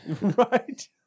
Right